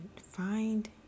find